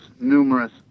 numerous